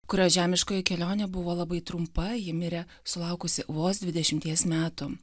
kurios žemiškoji kelionė buvo labai trumpa ji mirė sulaukusi vos dvidešimties metų